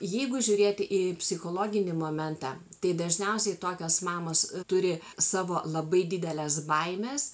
jeigu žiūrėti į psichologinį momentą tai dažniausiai tokios mamos turi savo labai dideles baimes